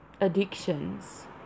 addictions